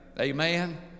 Amen